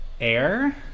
air